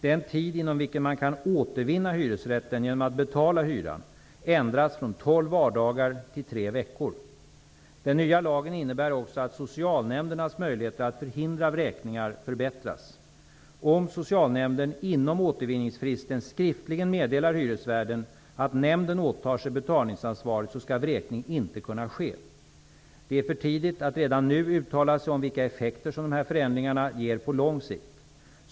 Den tid inom vilken man kan återvinna hyresrätten genom att betala hyran ändras från tolv vardagar till tre veckor. Den nya lagen innebär också att socialnämndernas möjligheter att förhindra vräkningar förbättras. Om socialnämnden inom återvinningsfristen skriftligen meddelar hyresvärden att nämnden åtar sig betalningsansvaret skall vräkning inte kunna ske. Det är för tidigt att redan nu uttala sig om vilka effekter som dessa förändringar ger på sikt.